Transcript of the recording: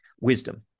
wisdom